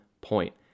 point